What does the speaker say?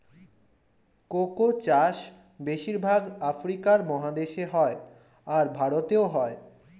cocoa চাষ বেশির ভাগ আফ্রিকা মহাদেশে হয়, আর ভারতেও হয়